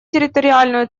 территориальную